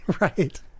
Right